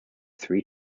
three